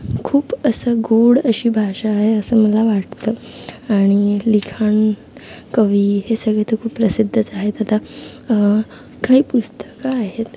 खूप असं गोड अशी भाषा आहे असं मला वाटतं आणि लिखाण कवी हे सगळे तर खूप प्रसिद्धच आहेत आता काही पुस्तकं आहेत